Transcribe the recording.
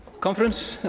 conference,